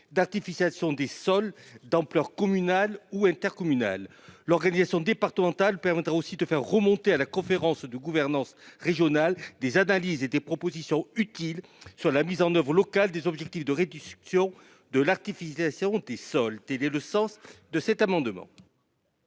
d'artificiel sont des sols d'ampleur communal ou intercommunal l'organisation départementale permettra aussi de faire remonter à la conférence de gouvernance, régionale, des analyses et des propositions utiles sur la mise en oeuvre local des objectifs de réduction de l'activité essaieront des sols télé le sens de cet amendement.